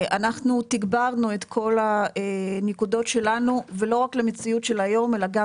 אנחנו תגברנו את כל הנקודות שלנו ולא רק למציאות של היום אלא גם